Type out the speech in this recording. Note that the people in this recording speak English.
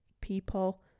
people